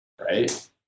right